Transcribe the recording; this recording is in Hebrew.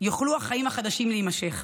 יוכלו החיים החדשים להימשך.